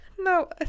No